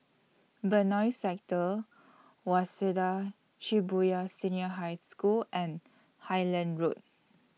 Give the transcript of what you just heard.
Benoi Sector Waseda Shibuya Senior High School and Highland Road